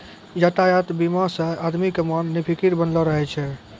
यातायात बीमा से आदमी के मन निफिकीर बनलो रहै छै